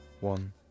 One